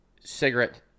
cigarette